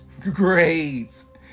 grades